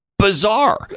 bizarre